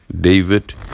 David